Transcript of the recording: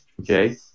okay